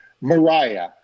Mariah